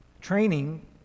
training